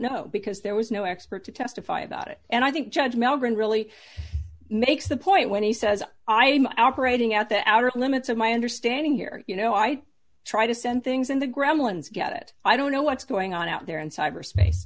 know because there was no expert to testify about it and i think judge melbourne really makes a point when he says i'm out writing out the outer limits of my understanding here you know i try to send things in the ground ones get it i don't know what's going on out there in cyberspace